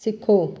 ਸਿੱਖੋ